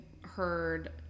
heard